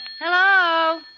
Hello